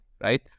right